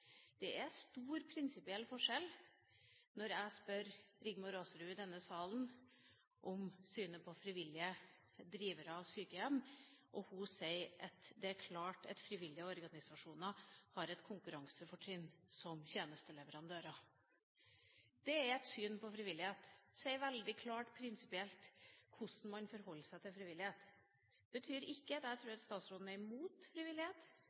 Det er stor prinsipiell forskjell når jeg i denne salen spør Rigmor Aasrud om synet på frivillige drivere av sykehjem, og hun sier at det er klart at frivillige organisasjoner har et konkurransefortrinn som tjenesteleverandører. Det er et syn på frivillighet og sier veldig klart hvordan man prinsipielt forholder seg til frivillighet. Det betyr ikke at jeg tror at statsråden er imot frivillighet